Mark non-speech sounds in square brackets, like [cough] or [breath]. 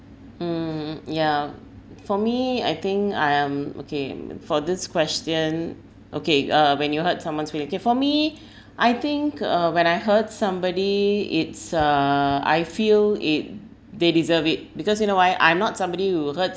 mm ya for me I think I am okay for this question okay uh when you hurt someone's feeling okay for me [breath] I think uh when I hurt somebody it's uh I feel it they deserve it because you know why I'm not somebody who hurts